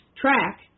track